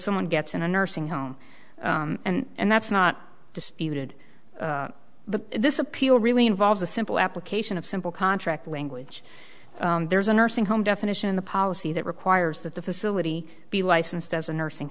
someone gets in a nursing home and that's not disputed the this appeal really involves a simple application of simple contract language there's a nursing home definition the policy that requires that the facility be licensed as a nursing